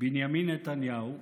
בנימין נתניהו,